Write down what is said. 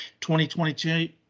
2022